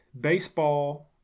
baseball